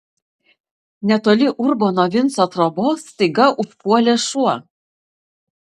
netoli urbono vinco trobos staiga užpuolė šuo